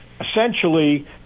essentially